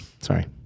Sorry